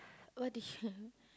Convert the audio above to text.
what did you